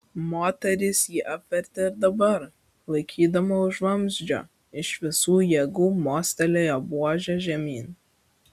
moteris jį apvertė ir dabar laikydama už vamzdžio iš visų jėgų mostelėjo buože žemyn